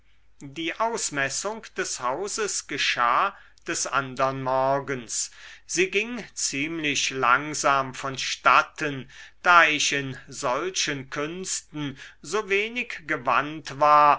die ausmessung des hauses geschah des andern morgens sie ging ziemlich langsam vonstatten da ich in solchen künsten so wenig gewandt war